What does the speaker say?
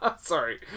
Sorry